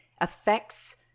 affects